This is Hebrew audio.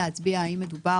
שנהרס,